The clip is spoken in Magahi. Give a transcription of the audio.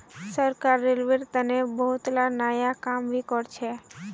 सरकार रेलवेर तने बहुतला नया काम भी करछ